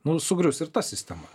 nu sugrius ir ta sistema